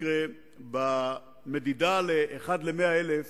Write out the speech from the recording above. במדידה של 1 ל-100,000